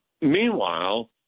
Meanwhile